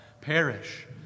perish